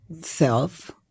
self